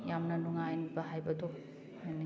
ꯌꯥꯝꯅ ꯅꯨꯡꯉꯥꯏꯕ ꯍꯥꯏꯕꯗꯣ ꯑꯣꯏꯅꯤꯡꯉꯦ